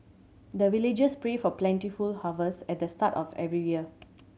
the villagers pray for plentiful harvest at the start of every year